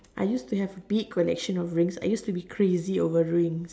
I used to have big collection of rings I used to be crazy over rings